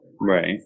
right